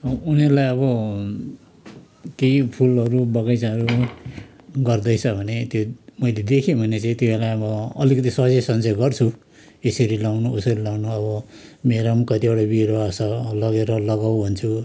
उनीहरूलाई अब केही फुलहरू बगैँचाहरू गर्दैछ भने त्यो मैले देखेँ भने चाहिँ त्यतिबेला म अलिकति सजेसन चाहिँ गर्छु यसरी लाउनु उसरी लाउनु अब मेरो पनि कतिवटा बिरुवा छ लगेर लगाउँ भन्छु